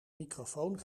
microfoon